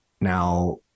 Now